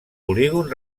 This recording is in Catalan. polígon